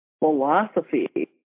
philosophy